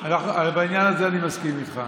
בעניין הזה אני מסכים איתך,